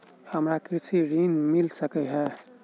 हमरा कृषि ऋण मिल सकै है?